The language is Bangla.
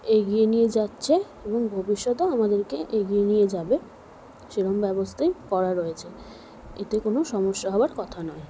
এগিয়ে নিয়ে যাচ্ছে এবং ভবিষ্যতেও আমাদেরকে এগিয়ে নিয়ে যাবে সেরকম ব্যবস্থাই করা রয়েছে এতে কোনো সমস্যা হওয়ার কথা নয়